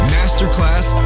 Masterclass